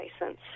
license